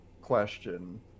question